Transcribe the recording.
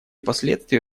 последствия